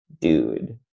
Dude